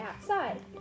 outside